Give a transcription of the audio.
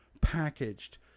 packaged